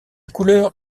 couleur